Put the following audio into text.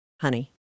honey